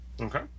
okay